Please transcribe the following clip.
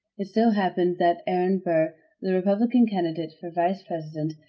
it so happened that aaron burr, the republican candidate for vice president,